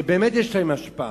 שבאמת יש להם השפעה,